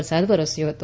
વરસાદ વરસ્યો હતો